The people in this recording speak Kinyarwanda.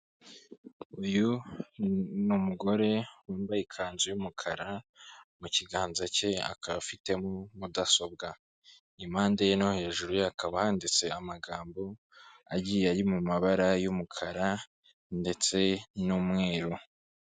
Uyu ni umugore wambaye ikanzu y'umukara, mu kiganza cye akaba afite mudasobwa, impande ye no hejuru hakaba handitse amagambo agiye ari mu mabara y'umukara ndetse n'umweru.